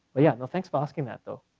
but yeah and thanks for asking that though,